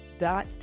dot